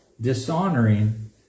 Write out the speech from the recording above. dishonoring